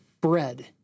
bread